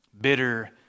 bitter